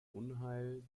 unheil